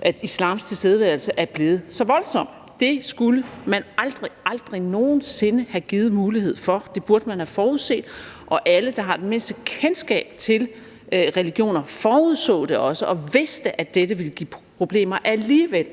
at islams tilstedeværelse er blevet så voldsom. Det skulle man aldrig, aldrig nogen sinde have givet mulighed for. Det burde man have forudset, og alle, der har det mindste kendskab til religioner, forudså det også og vidste, at dette ville give problemer. Alligevel